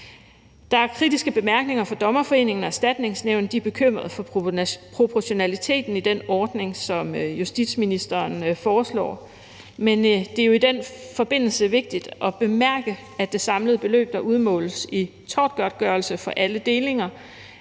Der er kritiske bemærkninger fra Den Danske Dommerforening og Erstatningsnævnet. De er bekymrede for proportionaliteten i den ordning, som justitsministeren foreslår. Men det er jo i den forbindelse vigtigt at bemærke, at det samlede beløb, der udmåles i tortgodtgørelse, for alle delinger